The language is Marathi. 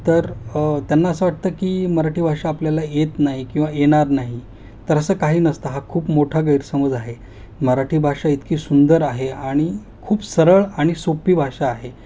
तर त्यांना असं वाटतं की मराठी भाषा आपल्याला येत नाही किंवा येणार नाही तर असं काही नसतं हा खूप मोठा गैरसमज आहे मराठी भाषा इतकी सुंदर आहे आणि खूप सरळ आणि सोप्पी भाषा आहे